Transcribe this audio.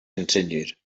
continued